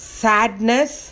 sadness